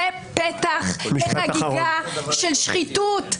זה פתח לחגיגה של שחיתות,